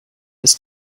ist